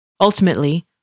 Ultimately